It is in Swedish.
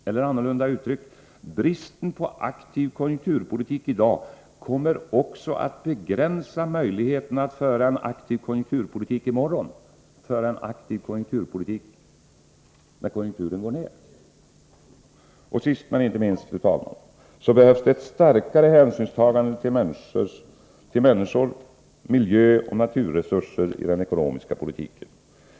Eller, annorlunda uttryckt: Bristen på aktiv konjunkturpolitik i dag kommer att begränsa möjligheten att föra en aktiv konjunkturpolitik i morgon — att göra det när konjunkturen går ner. Fru talman! Sist, men inte minst, behövs det ett starkare hänsynstagande till människor, miljö och naturresurser i den ekonomiska politiken.